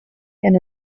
and